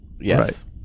Yes